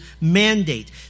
mandate